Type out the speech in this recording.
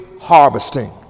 harvesting